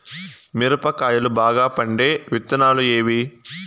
మిరప కాయలు బాగా పండే విత్తనాలు ఏవి